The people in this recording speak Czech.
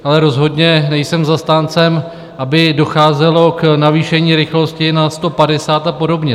Ale rozhodně nejsem zastáncem, aby docházelo k navýšení rychlosti na 150 a podobně.